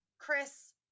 Chris